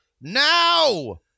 now